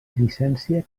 llicència